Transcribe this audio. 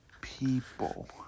people